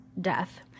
death